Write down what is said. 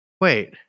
Wait